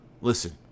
listen